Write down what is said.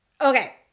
Okay